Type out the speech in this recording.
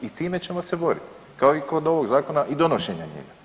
I time ćemo se boriti kao i kod ovog zakona i donošenja njega.